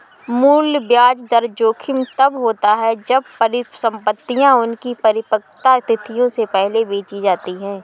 मूल्य ब्याज दर जोखिम तब होता है जब परिसंपतियाँ उनकी परिपक्वता तिथियों से पहले बेची जाती है